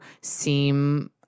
seem